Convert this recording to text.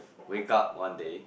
wake up one day